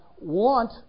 want